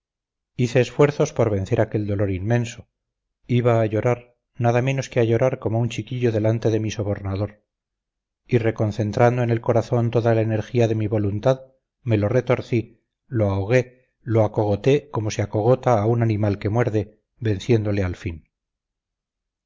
hice esfuerzos por vencer aquel dolor inmenso iba a llorar nada menos que a llorar como un chiquillo delante de mi sobornador y reconcentrando en el corazón toda la energía de mi voluntad me lo retorcí lo ahogué lo acogoté como se acogota a un animal que muerde venciéndole al fin